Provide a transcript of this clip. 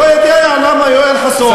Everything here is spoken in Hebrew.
לא יודע למה יואל חסון,